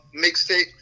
mixtape